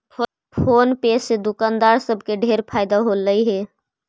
phone पे से दुकानदार सब के ढेर फएदा होलई हे